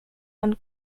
man